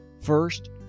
first